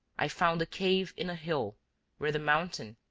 i found a cave in a hill where the mountain,